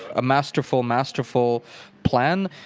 ah masterful masterful plan?